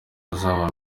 azaba